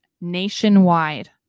nationwide